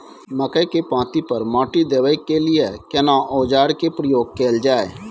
मकई के पाँति पर माटी देबै के लिए केना औजार के प्रयोग कैल जाय?